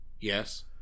Yes